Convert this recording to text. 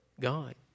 God